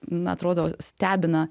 na atrodo stebina